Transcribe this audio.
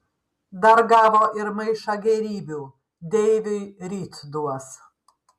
dar gavo ir maišą gėrybių deiviui ryt duos